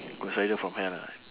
ghost rider from hell ah